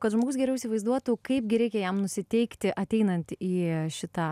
kad žmogus geriau įsivaizduotų kaipgi reikia jam nusiteikti ateinant į šitą